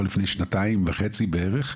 אבל לפני שנתיים וחצי בערך,